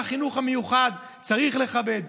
הסכם על החינוך המיוחד צריך לכבד,